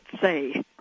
say